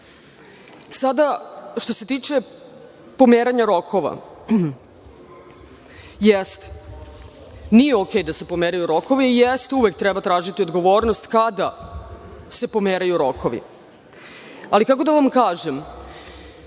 knjižica. Što se tiče pomeranja rokova, jeste, nije okej da se pomeraju rokovi i jeste, uvek treba tražiti odgovornost kada se pomeraju rokovi. Ali, kako da vam kažem,